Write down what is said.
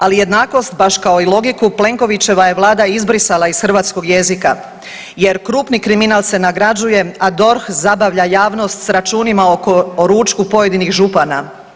Ali jednakost, baš kao i logiku Plenkovićeva je Vlada izbrisala iz Hrvatskog jezika, jer krupni kriminal se nagrađuje a DORH zabavlja javnost s računima o ručku pojedinih župana.